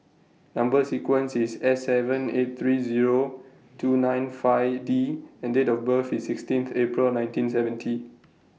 Number sequence IS S seven eight three Zero two nine five D and Date of birth IS sixteenth April nineteen seventy